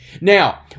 Now